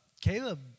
Caleb